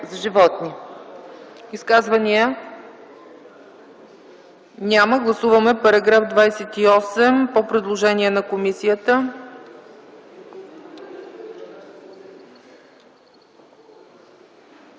Изказвания? Няма. Гласуваме § 28 по предложение на комисията.